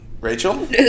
Rachel